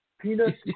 Peanuts